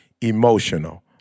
emotional